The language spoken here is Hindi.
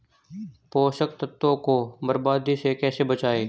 पोषक तत्वों को बर्बादी से कैसे बचाएं?